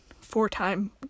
four-time